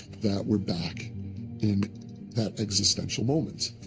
that we're back in that existential moment.